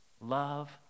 Love